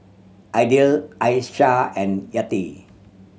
Aidil Aisyah and Yati